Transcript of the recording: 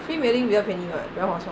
free mailing 比较便宜 [what] 比较划算